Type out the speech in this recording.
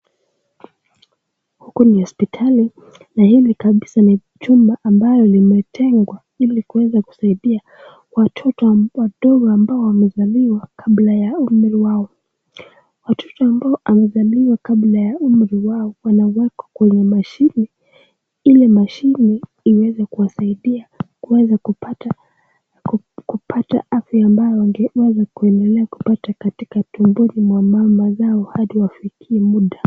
Huku ni hospitali, na hili kabisa ni jumba ambayo limetengwa ili kuenda kusaidia watoto wadogo ambao wamezaliwa kabla ya umri wao. Watoto ambao wamezaliwa kabla ya umri wao wanawekwa kwenye mashine ili mashine iweze kuwasaidia kuweza kupata afya ambayo wangeendelea kupata ndani ya tumboni ya mama yao hadi wafikie muda.